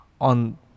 on